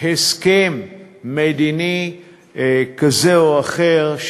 הסכם מדיני כזה או אחר,